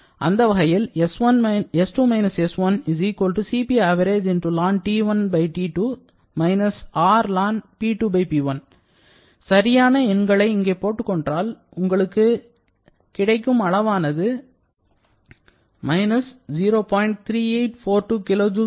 அந்த வகையில் சரியான எண்களை இங்கே போட்டுக்கொண்டால் உங்களுக்கு கிடைக்கும் அளவானது 0